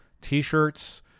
t-shirts